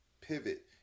Pivot